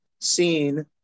seen